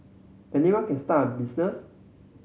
anyone can start a business